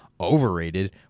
overrated